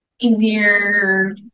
easier